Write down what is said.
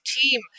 team